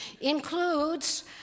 includes